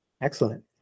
Excellent